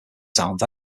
towns